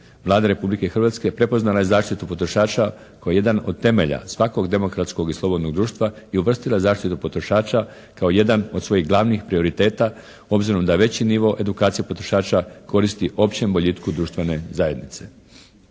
Vlada Republike Hrvatske prepoznala je zaštitu potrošača koji je jedan od temelja svakog demokratskog i slobodnog društva i uvrstila zaštitu potrošača kao jedan od svojih glavnih prioriteta obzirom da veći nivo edukacije potrošača koristi općem boljitku društvene zajednice.